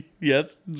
Yes